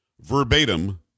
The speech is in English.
verbatim